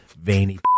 veiny